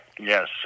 Yes